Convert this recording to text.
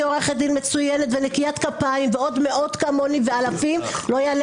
עורכת דין מצוינת ונקיית כפיים ויש עוד מאות כמוני ואלפים לא יעלה